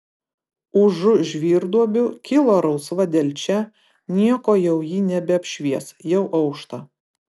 užu žvyrduobių kilo rausva delčia nieko jau ji nebeapšvies jau aušta